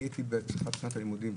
הייתי בפתיחת שנת הלימודים,